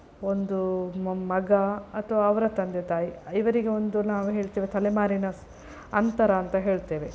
ಒಂದು ಮಗ ಅಥವಾ ಅವರ ತಂದೆ ತಾಯಿ ಇವರಿಗೆ ಒಂದು ನಾವು ಹೇಳ್ತೇವೆ ತಲೆಮಾರಿನ ಅಂತರ ಅಂತ ಹೇಳ್ತೇವೆ